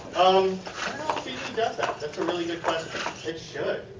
um feedly does that. that is a really good question. it should.